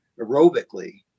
aerobically